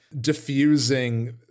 diffusing